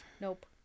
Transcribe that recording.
nope